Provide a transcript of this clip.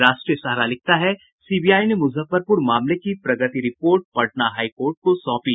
राष्ट्रीय सहारा लिखता है सीबीआई ने मुजफ्फरपुर मामले की प्रगति रिपोर्ट पटना हाई कोर्ट को सौंपी